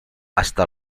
hasta